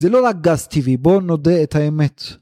זה לא לגז TV, בוא נודה את האמת.